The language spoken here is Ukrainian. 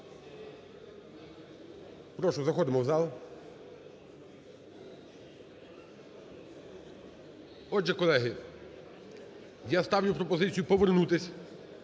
Прошу, заходимо в зал. Отже, колеги, я ставлю пропозицію повернутись